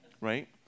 right